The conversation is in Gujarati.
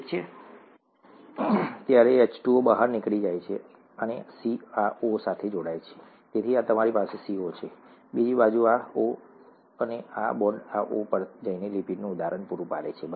જ્યારે આ જોડાય છે ત્યારે H2O બહાર નીકળી જાય છે અને C આ O સાથે જોડાય છે તેથી તમારી પાસે CO છે બીજી બાજુ આ O બીજી બાજુ અને આ બોન્ડ આ O પર જઈને લિપિડનું ઉદાહરણ પૂરું પાડે છે બરાબર